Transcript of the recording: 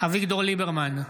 אביגדור ליברמן,